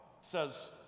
says